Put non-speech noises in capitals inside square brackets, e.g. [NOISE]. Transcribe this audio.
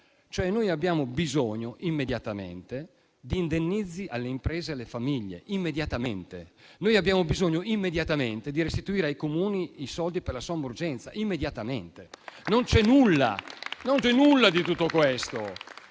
Abbiamo bisogno immediatamente di indennizzi alle imprese e alle famiglie; abbiamo bisogno immediatamente di restituire ai Comuni i soldi per la somma urgenza. [APPLAUSE] Non c'è nulla di tutto questo.